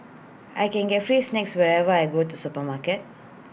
I can get free snacks whenever why go to supermarket